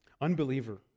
Unbeliever